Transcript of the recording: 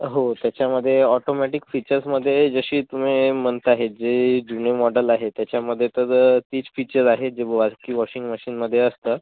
हो त्याच्यामध्ये ऑटोमॅटिक फीचर्समध्ये जशी तुम्ही म्हणताहे जे जुने मॉडेल आहे त्याच्यामध्ये तर तीच फीचर आहे जे बारकी वॉशिंग मशीनमध्ये असतात